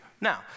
Now